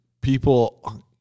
people